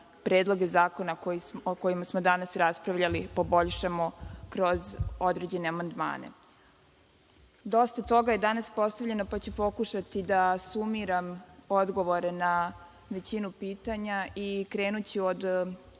predloge zakona o kojima smo danas raspravljali poboljšamo kroz određene amandmane. Dosta toga je danas postavljeno, pa ću pokušati da sumiram odgovore na većinu pitanja i krenuću od